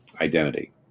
identity